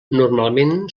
normalment